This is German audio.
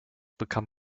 bekam